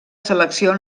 selecció